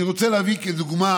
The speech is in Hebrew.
אני רוצה להביא כדוגמה